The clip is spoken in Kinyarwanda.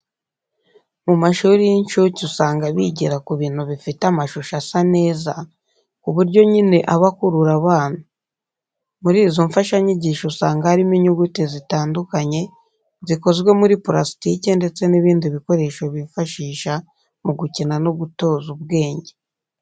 Mu mashuri y'incuke usanga bigira ku bintu bifite amashusho asa neza, ku buryo nyine aba akurura abana. Muri izo mfashanyigisho usanga harimo inyuguti zitandukanye zikozwe muri purasitike ndetse n'ibindi bikoresho bifashisha mu gukina no gutoza ubwenge.